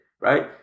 Right